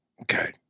Okay